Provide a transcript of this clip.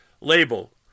label